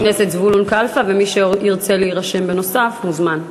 זבולון קלפה, ומי שירצה להירשם בנוסף, מוזמן.